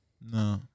No